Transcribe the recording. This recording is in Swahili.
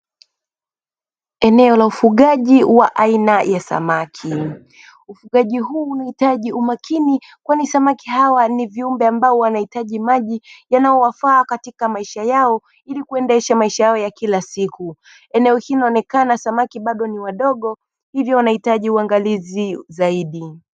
Eneo la ufugaji wa aina ya samaki, ufugaji huu unahitaji umakini kwani samaki hawa wanahitaji maji yanayowafaa katika maisha yao ili kuendesha maisha yao ya kila siku, eneo hilo linaonekana samaki bado ni wadogo hivyo wanahitaji uangalizi zaidi.